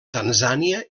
tanzània